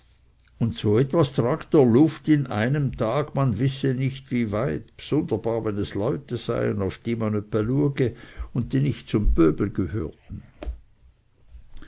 und so etwas trag der luft in einem tag man wisse es nicht wie weit bsunderbar wenn es leute seien auf die man öppe luege und die nicht zum pöbel gehörten